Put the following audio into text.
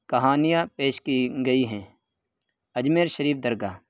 کہانیاں پیش کی گئی ہیں اجمیر شریف درگاہ